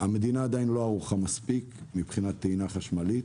אלא שהמדינה עדיין לא ערוכה מספיק מבחינת טעינה חשמלית.